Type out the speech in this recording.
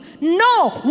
No